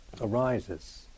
arises